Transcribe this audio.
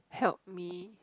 help me